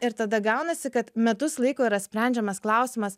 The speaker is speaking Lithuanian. ir tada gaunasi kad metus laiko yra sprendžiamas klausimas